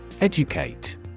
Educate